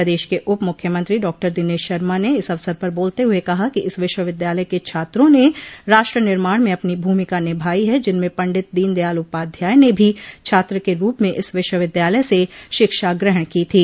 प्रदेश के उप मुख्यमंत्री डॉक्टर दिनेश शर्मा ने इस अवसर पर बोलते हुए कहा कि इस विश्वविद्यालय के छात्रों ने राष्ट्र निर्माण में अपनी भूमिका निभायी है जिनमें पंडित दीनदयाल उपाध्याय ने भी छात्र के रूप में इस विश्वविद्यालय से शिक्षा ग्रहण की थी